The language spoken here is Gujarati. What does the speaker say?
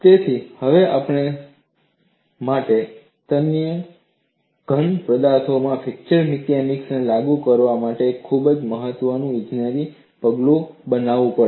તેથી હવે આપણા માટે તન્ય ઘન પદાર્થો પર ફ્રેક્ચર મિકેનિક્સ લાગુ કરવા માટે એક ખૂબ જ મહત્વપૂર્ણ ઈજનેરી પગલું બનાવવું પડશે